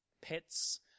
pets